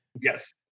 Yes